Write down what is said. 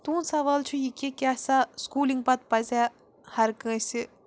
تُہُنٛد سَوال چھُ یہِ کہِ کیٛاہ سا سِکولِنٛگ پَتہٕ پَزیٛا ہَر کٲنٛسہِ